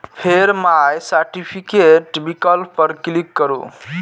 फेर my certificate विकल्प पर क्लिक करू